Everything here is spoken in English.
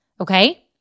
okay